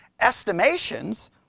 estimations